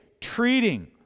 treating